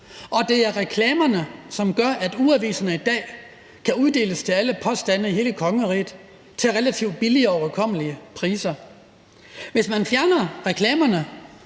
Det er reklamerne, der gør, at ugeaviserne i dag kan uddeles til alle husstande i hele kongeriget til relativt billige og overkommelige priser. Hvis man fjerner reklamerne